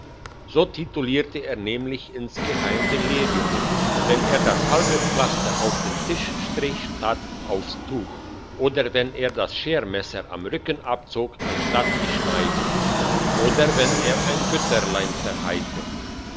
so titulierte er nämlich insgemein den lehrjungen wenn er das halbe pflaster auf den tisch strich anstatt aufs tuch oder wenn er das schermesser am rücken abzog anstatt die schneide oder wenn er ein gütterlein verheite